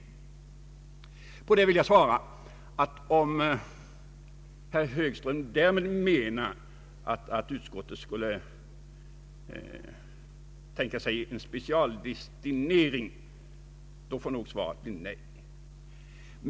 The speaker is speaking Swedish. På det vill jag svara att om herr Högström därmed menar att utskottet skulle tänka sig en specialdestinering, så måste svaret bli nej.